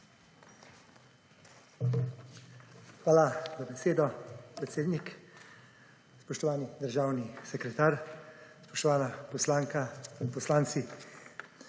Hvala za besedo, predsednik. Spoštovani državni sekretar, spoštovana poslanka in poslanci.